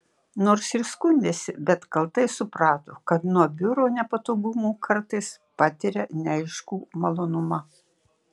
nors ir skundėsi bet kaltai suprato kad nuo biuro nepatogumų kartais patiria neaiškų malonumą